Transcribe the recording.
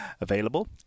available